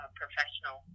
professional